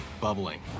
bubbling